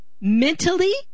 Mentally